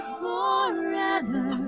forever